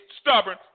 stubborn